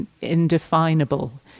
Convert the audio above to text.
indefinable